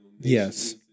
Yes